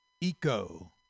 Eco